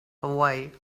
away